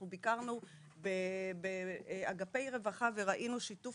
אנחנו ביקרנו באגפי רווחה וראינו שיתוף